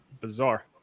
Bizarre